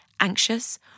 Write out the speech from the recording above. anxious